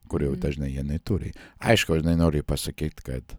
kurio dažnai jie neturi aišku aš nenoriu pasakyt kad